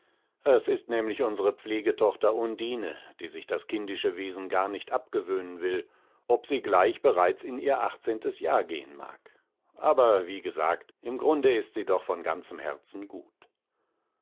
es ist nämlich unsere pflegetochter undine die sich das kindische wesen gar nicht abgewöhnen will ob sie gleich bereits in ihr achtzehntes jahr gehen mag aber wie gesagt im grunde ist sie doch von ganzem herzen gut